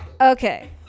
Okay